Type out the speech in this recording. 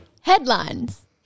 headlines